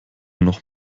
noch